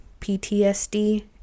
PTSD